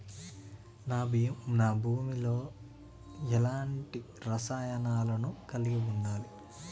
నా భూమి లో ఎలాంటి రసాయనాలను కలిగి ఉండాలి?